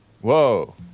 Whoa